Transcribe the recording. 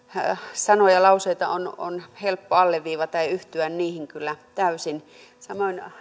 sanoja ja lauseita on on helppo alleviivata ja yhtyä niihin kyllä täysin samoin